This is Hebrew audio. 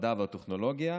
המדע והטכנולוגיה,